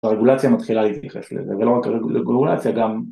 הרגולציה מתחילה להתייחס לזה, ולא רק הרגולציה גם